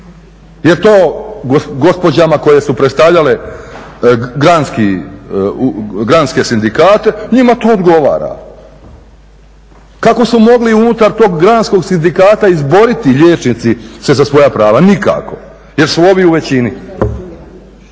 Jer to gospođama koje su predstavljale granske sindikate njima to odgovara. Kako su mogli unutar tog granskog sindikata izboriti liječnici se za svoja prava. Nikako jer su ovi u većini.